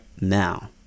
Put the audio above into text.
now